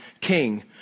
king